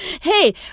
Hey